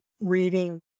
reading